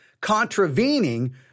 contravening